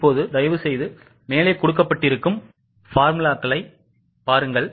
இப்போது தயவுசெய்து சூத்திரங்களைப் பாருங்கள்